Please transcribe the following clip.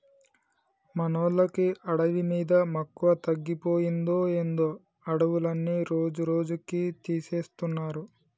మనోళ్ళకి అడవి మీద మక్కువ తగ్గిపోయిందో ఏందో అడవులన్నీ రోజురోజుకీ తీసేస్తున్నారు